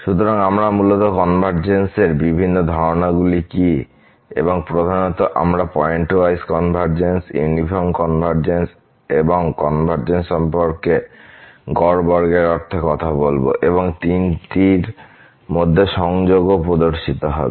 সুতরাং আমরা মূলত কনভারজেন্সের বিভিন্ন ধারণাগুলি কী এবং প্রধানত আমরা পয়েন্টওয়াইজ কনভারজেন্স ইউনিফর্ম কনভারজেন্স এবং কনভারজেন্স সম্পর্কে গড় বর্গের অর্থে কথা বলব এবং তিনটির মধ্যে সংযোগও প্রদর্শিত হবে